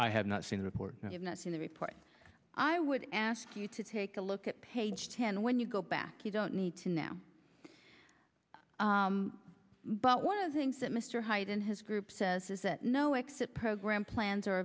i have not seen report and have not seen the report i would ask you to take a look at page ten when you go back you don't need to now but one of the things that mr hyde and his group says is that no exit program plans are